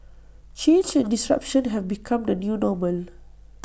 change and disruption have become the new normal